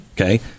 Okay